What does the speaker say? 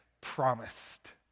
promised